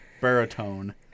baritone